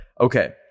Okay